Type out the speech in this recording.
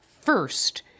first